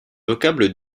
vocable